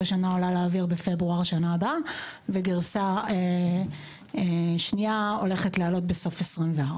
גרסה ראשונה עולה לאוויר בפברואר בשנה הבאה וגרסה שנייה בסוף 2024,